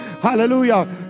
hallelujah